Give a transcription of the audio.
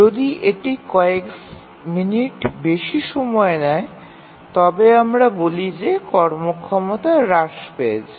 যদি এটি কয়েক মিনিট বেশী সময় নেয় তবে আমরা বলি যে কর্মক্ষমতা হ্রাস পেয়েছে